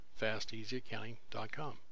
fasteasyaccounting.com